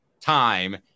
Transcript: time